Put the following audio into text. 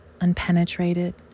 unpenetrated